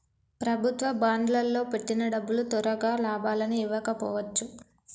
ప్రభుత్వ బాండ్లల్లో పెట్టిన డబ్బులు తొరగా లాభాలని ఇవ్వకపోవచ్చు